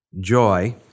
joy